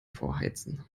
vorheizen